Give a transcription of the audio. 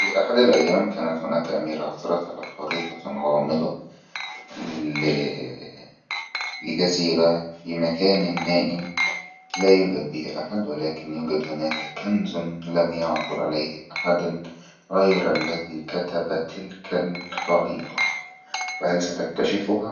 في احد الايام كانت هناك امير عصرت على خريطة غامضة لجزيرة في مكان النائم لا يوجد به احد ولكن يوجد هناك كنز لم يعصر عليه احد غير الذي كتب تلك الخريطة فهل ستكتشفها؟